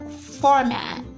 format